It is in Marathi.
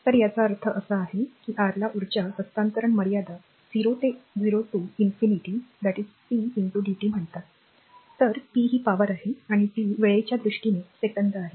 तर याचा अर्थ असा आहे की r ला ऊर्जा हस्तांतरण मर्यादा 0 ते infinity pdt म्हणतात तर p ही पॉवर आणि t वेळेच्या दृष्टीने सेकंद आहे